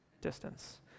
distance